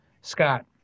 Scott